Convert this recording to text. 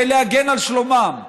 להגן על שלומם,